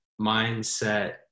mindset